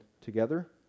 together